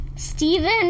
Steven